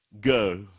go